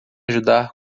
ajudar